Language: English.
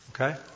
Okay